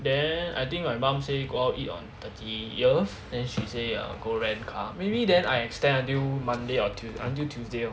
then I think my mum say go out eat on thirtieth then she say err go rent car maybe then I extend until monday or tue~ until tuesday lor